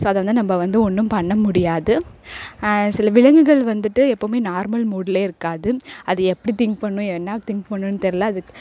so அதை வந்து நம்ம வந்து ஒன்றும் பண்ண முடியாது சில விலங்குகள் வந்துட்டு எப்போவுமே நார்மல் மூடிலயே இருக்காது அது எப்படி திங் பண்ணும் என்ன திங் பண்ணும் தெரில அது